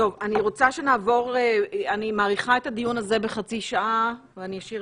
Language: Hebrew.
אני מאריכה את הדיון הזה בחצי שעה כי אני חושבת